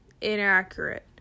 inaccurate